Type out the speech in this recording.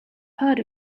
heard